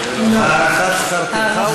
לעורכי-הדין?